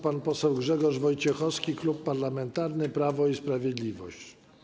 Pan poseł Grzegorz Wojciechowski, Klub Parlamentarny Prawo i Sprawiedliwość.